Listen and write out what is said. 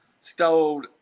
stole